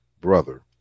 brother